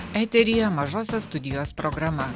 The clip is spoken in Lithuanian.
eteryje mažosios studijos programa